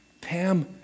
Pam